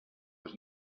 was